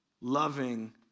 loving